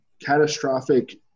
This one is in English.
catastrophic